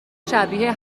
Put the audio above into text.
شبیه